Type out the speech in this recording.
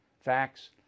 facts